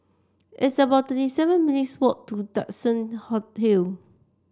it's about thirty seven minutes' walk to Duxton Hill